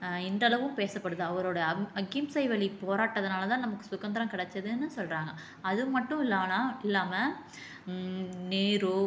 இன்றளவும் பேசப்படுது அவரோட அ அகிம்சை வழி போராட்டத்துனால் தான் நமக்கு சுதந்திரம் கெடைச்சிதுனு சொல்கிறாங்க அது மட்டும் இல்லை ஆனால் இல்லாமல் நேரு